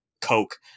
Coke